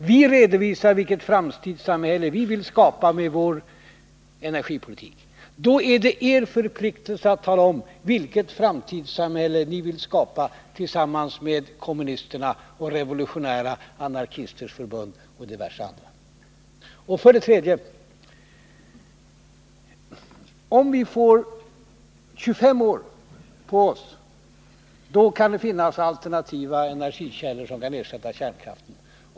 Vi redovisar vilket framtidssamhälle vi vill skapa med vår energipolitik. Därför är det er förpliktelse att tala om vilket framtidssamhälle ni vill skapa tillsammans med kommunisterna och Revolutionära anarkisters förbund och diverse andra. För det tredje: Om vi får 25 år på oss kan det finnas alternativa energikällor som kan ersätta kärnkraften.